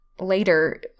later